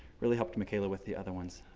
really helped micaela with the other ones.